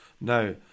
now